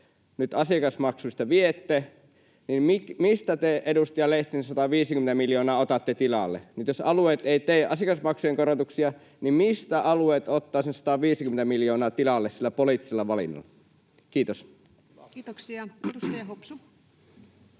nyt asiakasmaksuista viette, niin mistä te, edustaja Lehtinen, 150 miljoonaa otatte tilalle? Nyt jos alueet eivät tee asiakasmaksujen korotuksia, niin mistä alueet ottavat sen 150 miljoonaa tilalle sillä poliittisella valinnalla? — Kiitos. [Speech 164]